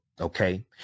okay